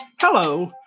Hello